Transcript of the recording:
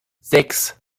sechs